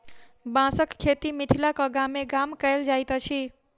बाँसक खेती मिथिलाक गामे गाम कयल जाइत अछि